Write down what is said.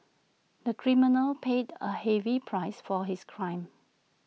the criminal paid A heavy price for his crime